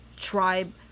tribe